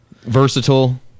Versatile